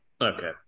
Okay